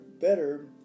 better